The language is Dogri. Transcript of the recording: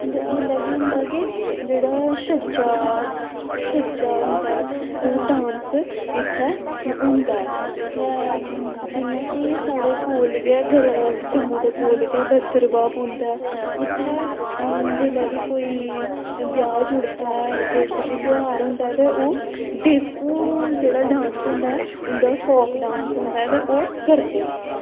ते ओल्लै केह् होंदा के जेह्ड़ा छज्जा छज्जा होंदा ओह् डान्स इत्थै होंदा ते जियां कि साढ़े कोल गै जम्मू दे कोल गै भद्रवाह पौंदा ऐ उत्थै जेल्लै बी कोई ब्याह् जुड़दा ऐ किश बी ध्यार होंदा ऐ तां ओह् डेकु जेह्ड़ा डान्स होंदा ऐ उंदा फोक डान्स होंदा ऐ ते ओह् करदे न